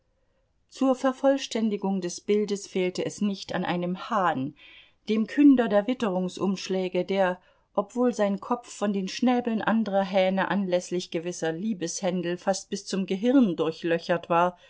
zur vervollständigung des bildes fehlte es nicht an einem hahn dem künder der witterungsumschläge der obwohl sein kopf von den schnäbeln anderer hähne anläßlich gewisser liebeshändel fast bis zum gehirn durchlöchert war